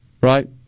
right